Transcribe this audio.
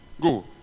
go